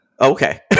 okay